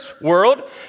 world